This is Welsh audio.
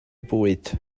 bwyd